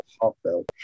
heartfelt